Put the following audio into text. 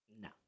No